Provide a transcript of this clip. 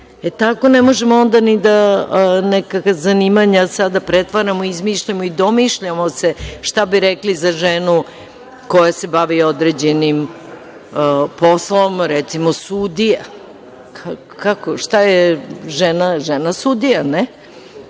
Tako ne može onda ni neka zanimanja da sada pretvaramo, izmišljamo i domišljamo se šta bi rekli za ženu koja se bavi određenim poslom, recimo sudija. Šta je žena – sudija. Oni